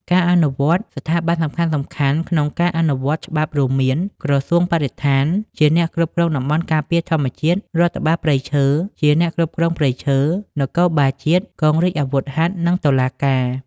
ការអនុវត្ត ស្ថាប័នសំខាន់ៗក្នុងការអនុវត្តច្បាប់រួមមាន ក្រសួងបរិស្ថាន ជាអ្នកគ្រប់គ្រងតំបន់ការពារធម្មជាតិ រដ្ឋបាលព្រៃឈើ ជាអ្នកគ្រប់គ្រងព្រៃឈើ នគរបាលជាតិ កងរាជអាវុធហត្ថ និងតុលាការ។